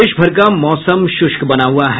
प्रदेश भर का मौसम शुष्क बना हुआ है